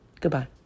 Goodbye